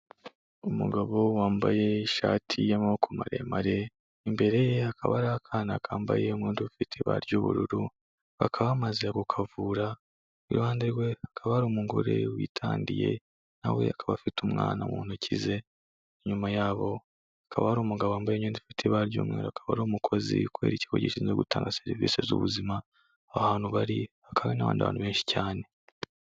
Umugabo wambaye ishati y'amaboko maremare, imbere ye hakaba hari akana kambaye umwenda ufite ibara ry'ubururu, bakaba bamaze kukavura, iruhande rwe hakaba ari umugore witandiye na we akaba afite umwana mu ntoki ze, inyuma yabo hakaba hari umugabo wambaye imyenda ifite ibara ry'umweru akaba ari umukozi kubera ikigo gishinzwe gutanga serivisi z'ubuzima, aho hantu bari hakaba hari n'abandi bantu benshi cyane.